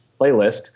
playlist